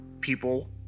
people